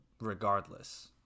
regardless